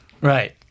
Right